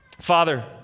Father